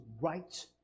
right